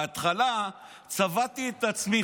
בהתחלה צבטתי את עצמי,